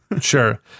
Sure